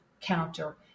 counter